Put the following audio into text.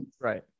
right